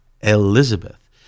Elizabeth